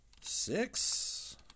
Six